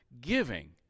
giving